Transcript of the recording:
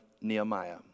Nehemiah